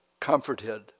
Comforted